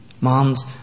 Moms